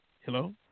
Hello